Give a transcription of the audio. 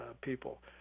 people